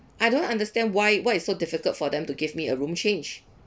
I don't understand why what is so difficult for them to give me a room change